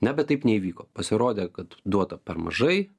na bet taip neįvyko pasirodė kad duota per mažai